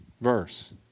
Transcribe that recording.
verse